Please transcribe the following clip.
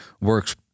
works